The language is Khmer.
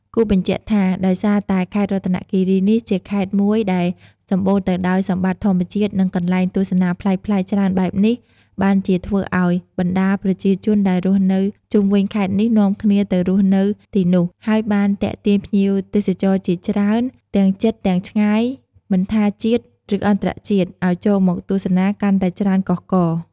គួរបញ្ជាក់ថា ដោយសារតែខេត្តរតនគិរីនេះជាខេត្តមួយដែលសម្បូរទៅដោយសម្បត្តិធម្មជាតិនិងកន្លែងទស្សនាប្លែកៗច្រើនបែបនេះ បានជាធ្វើឲ្យបណ្តាប្រជាជនដែលរស់នៅជុំវិញខេត្តនេះនាំគ្នាទៅរស់នៅទីនោះ ហើយបានទាក់ទាញភ្ញៀវទេសចរជាច្រើនទាំងជិតទាំងឆ្ងាយមិនថា ជាតិ ឬអន្តរជាតិ ឱ្យចូលមកទស្សនាកាន់តែច្រើនកុះករ។